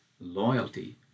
loyalty